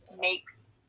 makes